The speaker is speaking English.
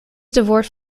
divorced